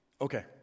Okay